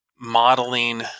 modeling